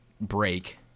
break